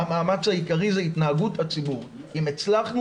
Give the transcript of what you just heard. המאמץ העיקרי הוא התנהגות הציבור.